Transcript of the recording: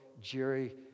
Jerry